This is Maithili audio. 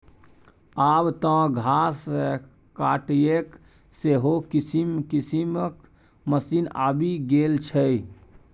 आब तँ घास काटयके सेहो किसिम किसिमक मशीन आबि गेल छै